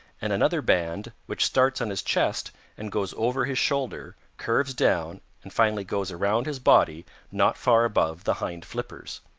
and another band which starts on his chest and goes over his shoulder, curves down and finally goes around his body not far above the hind flippers.